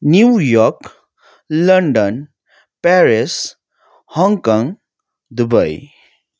new York London Paris Hong Kong Dubai